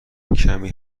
کمی